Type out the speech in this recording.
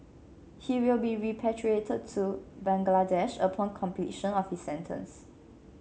he will be repatriated to Bangladesh upon completion of his sentence